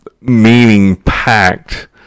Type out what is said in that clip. meaning-packed